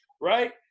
right